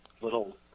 little